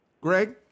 Greg